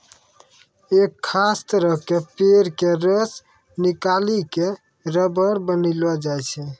एक खास तरह के पेड़ के रस निकालिकॅ रबर बनैलो जाय छै